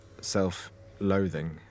self-loathing